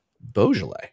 Beaujolais